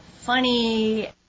funny